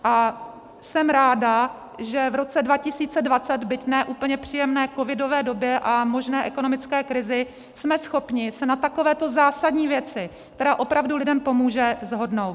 A jsem ráda, že v roce 2020, byť ne úplně příjemné covidové době a možné ekonomické krizi, jsme schopni se na takovéto zásadní věci, která opravdu lidem pomůže, shodnout.